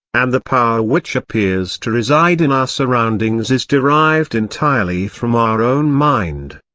and the power which appears to reside in our surroundings is derived entirely from our own mind.